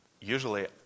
usually